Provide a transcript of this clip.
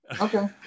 Okay